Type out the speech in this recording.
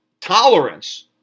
tolerance